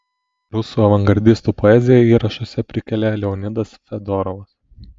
rusų avangardistų poeziją įrašuose prikelia leonidas fedorovas